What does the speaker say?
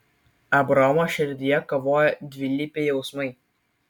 abraomo širdyje kovojo dvilypiai jausmai